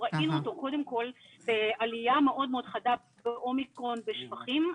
ראינו קודם כול עלייה מאוד מאוד חדה באומיקרון בשפכים,